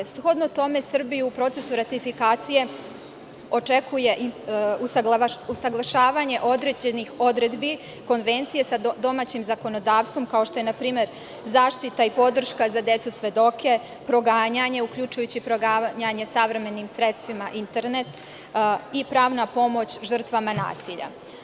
Shodno tome, Srbiju u procesu ratifikacije očekuje usaglašavanje određenih odredbi konvencije sa domaćim zakonodavstvom, kao što je npr. zaštita i podrška za decu svedoke, proganjanje, uključujući i proganjanje savremenim sredstvima, internet, i pravna pomoć žrtvama nasilja.